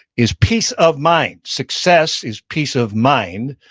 is peace of mind. success is peace of mind,